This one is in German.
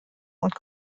und